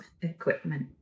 equipment